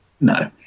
No